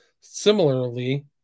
similarly